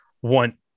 One